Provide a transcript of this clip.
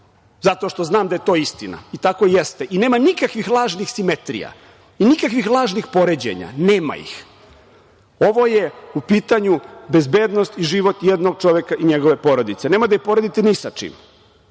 zato što znam da je to istina i tako jeste. I nema nikakvih lažnih simetrija i nikakvih lažnih poređenja, nema ih. Ovo je u pitanju bezbednost i život jednog čoveka i njegove porodice. Nemojte da poredite ni sa čim.